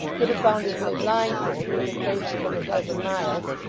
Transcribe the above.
could have found his way blindfold to any place within a dozen miles,